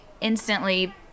instantly